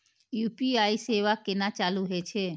UPI सेवा केना चालू है छै?